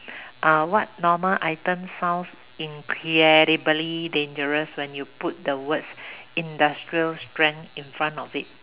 uh what normal items sounds incredibly dangerous when you put the words industrial strength in front of it